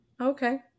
Okay